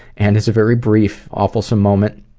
and it's a very brief awefulsome moment.